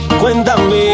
Cuéntame